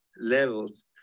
levels